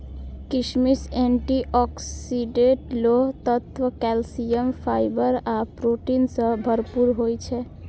किशमिश antioxidant, लोह तत्व, कैल्सियम, फाइबर आ प्रोटीन सं भरपूर होइ छै